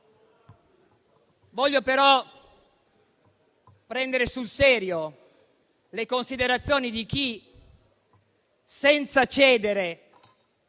Voglio però prendere sul serio le considerazioni di chi, senza cedere